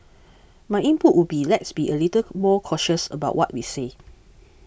my input would be let's be a little more cautious about what we say